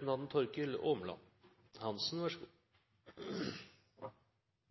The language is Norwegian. debatten, er